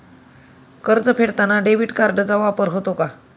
कर्ज फेडताना डेबिट कार्डचा वापर होतो का?